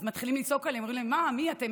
מתחילים לצעוק עליהם: מי אתם?